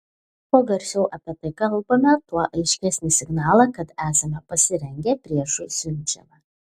kuo garsiau apie tai kalbame tuo aiškesnį signalą kad esame pasirengę priešui siunčiame